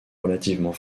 relativement